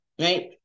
right